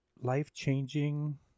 life-changing